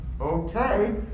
okay